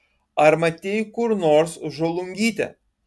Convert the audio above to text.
ar matei kur nors žolungytę